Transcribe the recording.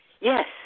Yes